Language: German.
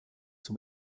zum